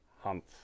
hunt